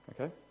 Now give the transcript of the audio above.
Okay